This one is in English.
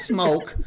Smoke